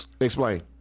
explain